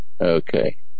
Okay